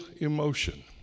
emotion